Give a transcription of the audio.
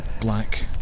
black